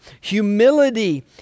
Humility